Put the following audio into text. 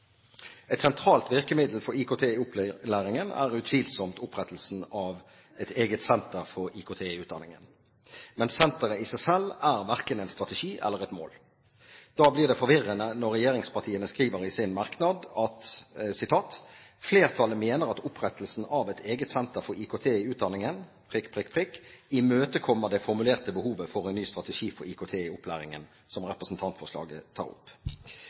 Et sentralt virkemiddel for IKT i opplæringen er utvilsomt opprettelsen av et eget senter for IKT i utdanningen, men senteret i seg selv er verken en strategi eller et mål. Da blir det forvirrende når regjeringspartiene i sin merknad skriver: «Flertallet mener at opprettelsen av et eget senter for IKT i utdanningen imøtekommer det formulerte behovet for en ny strategi for IKT i opplæringen som representantforslaget tar opp.»